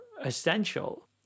essential